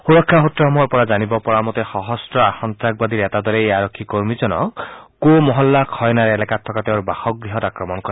সুৰক্ষা সুত্ৰসমূহৰ পৰা জানিব পৰা মতে সশস্ত্ৰ সন্তাসবাদীৰ এটা দলে এই আৰক্ষী কৰ্মীজনক ক মোহল্লা খানয়াৰ এলেকাত থকা তেওঁৰ বাসগৃহত আক্ৰমণ কৰে